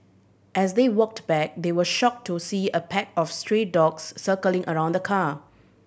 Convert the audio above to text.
as they walked back they were shocked to see a pack of stray dogs circling around the car